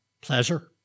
pleasure